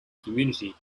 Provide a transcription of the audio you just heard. community